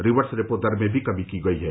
reverse repo दर में भी कमी की गई है